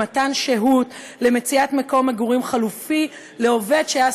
למתן שהות למציאת מקום מגורים חלופי לעובד שהיה